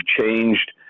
changed